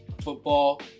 football